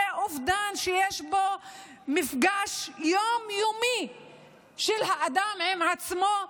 זה אובדן שיש בו מפגש יום-יומי של האדם עם עצמו,